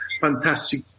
fantastic